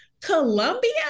Columbia